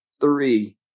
three